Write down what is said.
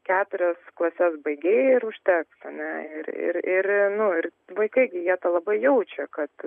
keturias klases baigei ir užteks a ne ir ir ir vaikai gi jie tą labai jaučia kad